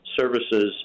services